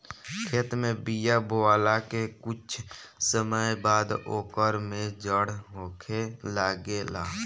खेत में बिया बोआला के कुछ समय बाद ओकर में जड़ होखे लागेला